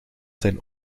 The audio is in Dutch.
zijn